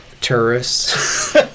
tourists